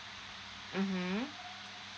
mmhmm